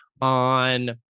on